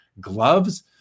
gloves